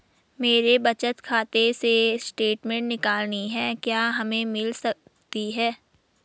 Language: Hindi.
मेरे बचत खाते से स्टेटमेंट निकालनी है क्या हमें मिल सकती है?